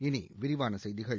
இனி விரிவான செய்திகள்